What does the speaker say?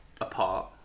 apart